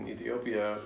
Ethiopia